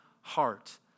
heart